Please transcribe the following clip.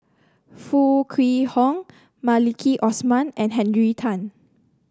Foo Kwee Horng Maliki Osman and Henry Tan